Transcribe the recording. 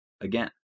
again